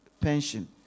pension